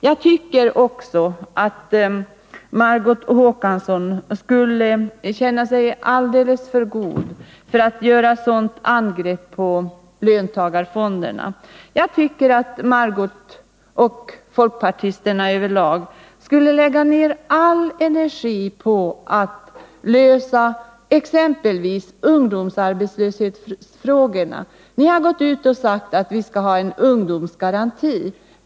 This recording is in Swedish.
Jag tycker också att Margot Håkansson skulle hålla sig för god att göra ett sådant angrepp som hon gör på löntagarfonderna. Margot Håkansson, och folkpartisterna över lag, skulle lägga ner all sin energi på att lösa exempelvis ungdomsarbetslöshetsfrågorna. Ni har gått ut och sagt att vi skall ha en ungdomsgaranti.